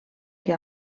que